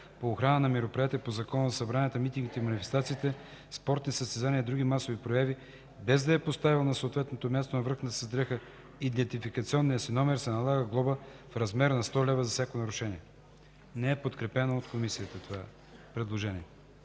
по охрана на мероприятия по Закона за събранията, митингите и манифестациите, спортни състезания и други масови прояви, без да е поставил на съответното място на връхната си дреха идентификационния си номер, се налага глоба в размер на 100 лв. за всяко нарушение.” Комисията не подкрепя предложението.